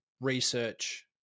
research